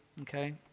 Okay